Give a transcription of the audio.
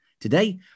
Today